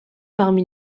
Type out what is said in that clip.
parmi